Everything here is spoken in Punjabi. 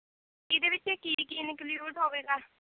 ਇਹਦੇ ਵਿੱਚ ਕੀ ਕੀ ਇਨਕੀਊਡ ਹੋਵੇਗਾ